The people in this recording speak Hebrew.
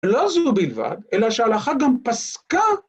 לא זו בלבד, אלא שההלכה גם פסקה.